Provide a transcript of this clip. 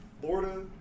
Florida